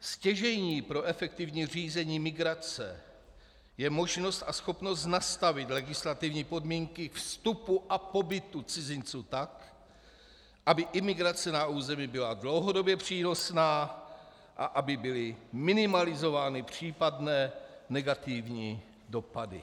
Stěžejní pro efektivní řízení migrace je možnost a schopnost nastavit legislativní podmínky k vstupu a pobytu cizinců tak, aby imigrace na území byla dlouhodobě přínosná a aby byly minimalizovány případné negativní dopady.